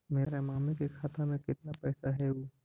मेरा मामी के खाता में कितना पैसा हेउ?